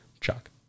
Chuck